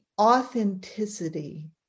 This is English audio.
authenticity